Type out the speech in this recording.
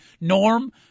Norm